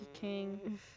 King